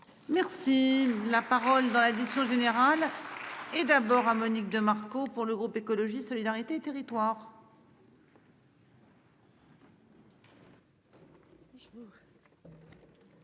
Merci la parole dans l'addition générale et d'abord. Monique de Marco pour le groupe écologiste solidarité et territoires.